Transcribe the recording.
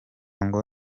ngo